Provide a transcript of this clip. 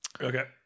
Okay